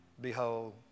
Behold